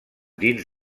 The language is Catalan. dins